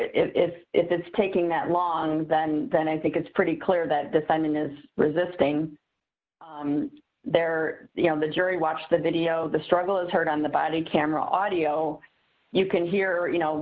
if if it's taking that long then then i think it's pretty clear that the signing is resisting their you know the jury watched the video the struggle is heard on the body camera audio you can hear you know